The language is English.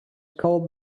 called